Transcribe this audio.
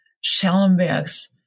Schellenberg's